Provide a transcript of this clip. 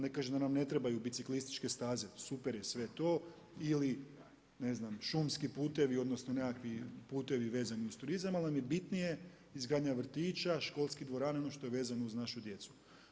Ne kažem da nam ne trebaju biciklističke staze, super je sve to ili ne znam, šumski putevi, odnosno nekakvi putevi vezani uz turizam ali nam je bitnije izgradnja vrtića, školskih dvorana, ono što je vezano uz našu djecu.